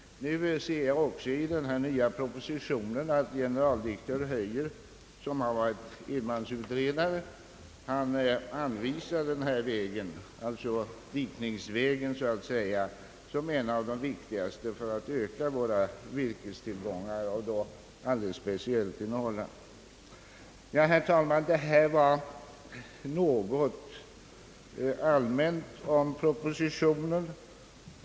Jag ser också i denna nya proposition att generaldirektör Höjer, anvisar denna så att säga dikningsväg som en av de viktigaste vägarna att öka våra virkestillgångar, alldeles speciellt i Norrland. Herr talman! Vad jag här anförde var något allmänt om propositionen.